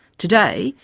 today,